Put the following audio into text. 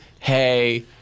hey